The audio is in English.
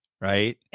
right